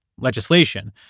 legislation